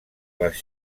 les